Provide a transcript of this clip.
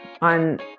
on